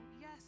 Yes